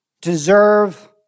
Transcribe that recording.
deserve